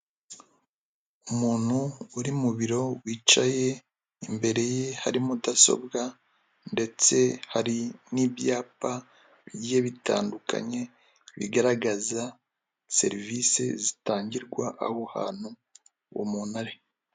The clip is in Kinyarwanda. Umuntu uri mu biro wicaye, imbere ye hari mudasobwa, ndetse hari n'ibyapa bigiye bitandukanye, bigaragaza serivise zitangirwa aho hantu uwo muntu ari.